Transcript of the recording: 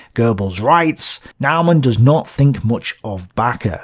goebbels writes naumann does not think much of backe. ah